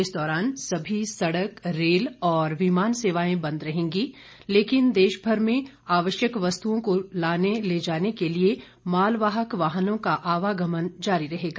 इस दौरान सभी सड़क रेल और विमान सेवाए बंद रहेंगी लेकिन देशभर में आवश्यक वस्तुओं को लाने ले जाने के लिए मालवाहक वाहनों का आवागमन जारी रहेगा